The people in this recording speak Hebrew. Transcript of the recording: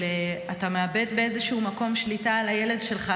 שאתה מאבד באיזשהו מקום שליטה על הילד שלך,